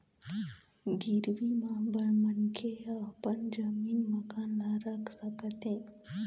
गिरवी म मनखे ह अपन जमीन, मकान ल रख सकत हे